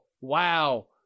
wow